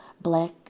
black